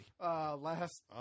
Last